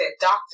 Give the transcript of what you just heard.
doctor